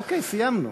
אוקיי, סיימנו.